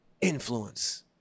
influence